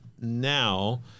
now